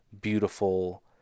beautiful